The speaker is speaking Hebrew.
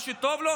מה שטוב לו,